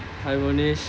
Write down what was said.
hi munis